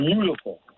beautiful